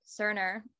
Cerner